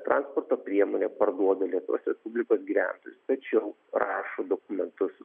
transporto priemonę parduoda lietuvos respublikos gyventojas tačiau rašo dokumentus